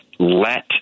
let